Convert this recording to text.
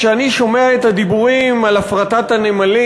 כשאני שומע את הדיבורים על הפרטת הנמלים,